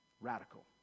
Radical